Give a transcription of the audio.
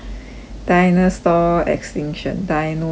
dinosaur extinction dinosaurs